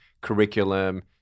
curriculum